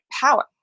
power